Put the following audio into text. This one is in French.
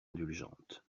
indulgente